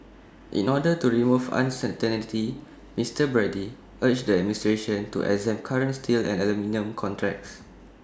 in order to remove uncertainty Mister Brady urged the administration to exempt current steel and aluminium contracts